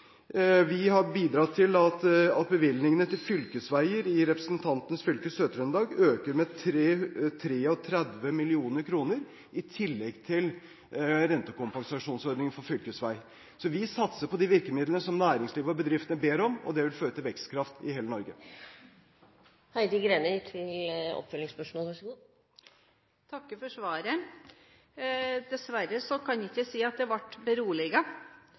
Vi har bidratt til at bevilgningene til fylkesveier i representantens fylke, Sør-Trøndelag, øker med 33 mill. kr i tillegg til rentekompensasjonsordningen for fylkesvei. Vi satser på de virkemidlene som næringslivet og bedriftene ber om, og det vil føre til vekstkraft i hele Norge. Jeg takker for svaret. Dessverre kan jeg ikke si at jeg ble